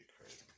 crazy